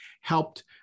helped